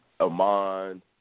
Amon